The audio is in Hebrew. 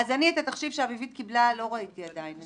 אני, את התחשיב שאביבית קיבלה, לא ראיתי עדיין.